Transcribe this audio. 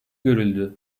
görüldü